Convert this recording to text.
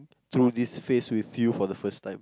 through this phase with you for the first time